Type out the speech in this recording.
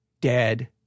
dead